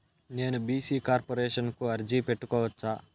నేను BC corporation కు అర్జీ పెట్టుకోవచ్చా?